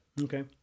Okay